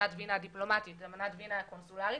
אמנת וינה הדיפלומטית ואמנת וינה הקונסולרית,